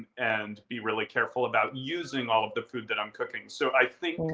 and be really careful about using all of the food that i'm cooking. so i think